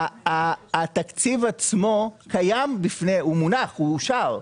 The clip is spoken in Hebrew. התקציב עצמו קיים, הוא הונח ואושר.